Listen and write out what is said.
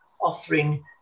offering